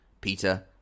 Peter